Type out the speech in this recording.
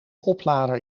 oplader